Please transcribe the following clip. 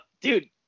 dude